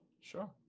Sure